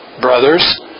brothers